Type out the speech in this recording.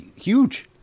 huge